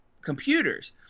computers